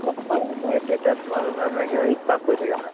হয় আপোনাৰ ট্ৰেঞ্চফৰ্মাৰটোত আপোনাৰ কি হয় ইস্পাৰ্ক কৰি থাকে আপোনাৰ